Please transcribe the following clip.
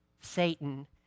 Satan